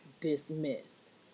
dismissed